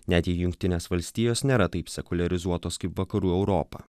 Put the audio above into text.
net jei jungtinės valstijos nėra taip sekuliarizuotos kaip vakarų europa